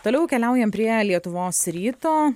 toliau keliaujam prie lietuvos ryto